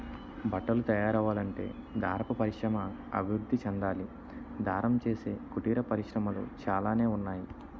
బట్టలు తయారవ్వాలంటే దారపు పరిశ్రమ అభివృద్ధి చెందాలి దారం చేసే కుటీర పరిశ్రమలు చాలానే ఉన్నాయి